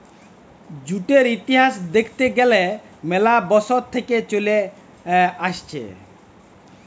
জুটের ইতিহাস দ্যাখতে গ্যালে ম্যালা বসর থেক্যে চলে আসছে